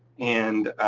and